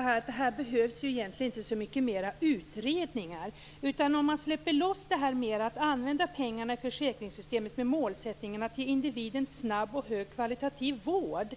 Fru talman! Jag skulle vilja säga att det egentligen inte behövs så mycket mer utredningar. Om man släpper loss möjligheten att använda pengarna i försäkringssystemet med målsättningen att ge individen snabb och högkvalitativ vård